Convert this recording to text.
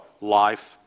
life